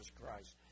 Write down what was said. Christ